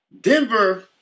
Denver –